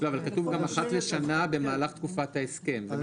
כתוב גם אחת לשנה במהלך תקופת ההסכם.